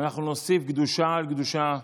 אנחנו נוסיף קדושה על קדושה,